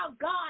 God